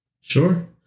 Sure